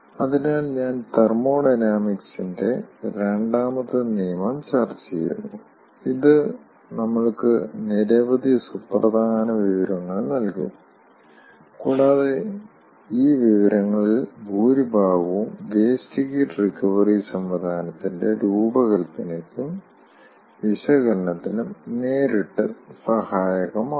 അതിനാൽ നമ്മൾ തെർമോഡൈനാമിക്സിന്റെ രണ്ടാമത്തെ നിയമം ചർച്ചചെയ്യുന്നു ഇത് നമ്മൾക്ക് നിരവധി സുപ്രധാന വിവരങ്ങൾ നൽകും കൂടാതെ ഈ വിവരങ്ങളിൽ ഭൂരിഭാഗവും വേസ്റ്റ് ഹീറ്റ് റിക്കവറി സംവിധാനത്തിന്റെ രൂപകൽപ്പനയ്ക്കും വിശകലനത്തിനും നേരിട്ട് സഹായമാകും